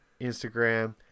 Instagram